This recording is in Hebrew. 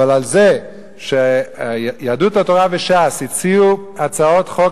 אבל יהדות התורה וש"ס הציעו הצעות חוק